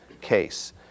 case